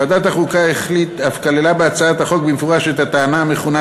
ועדת החוקה אף כללה בהצעת החוק במפורש את הטענה המכונה